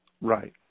right